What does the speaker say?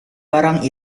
barang